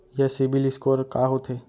ये सिबील स्कोर का होथे?